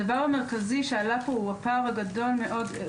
הדבר המרכזי שעלה פה הוא הפער הגדול מאוד.